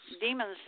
demons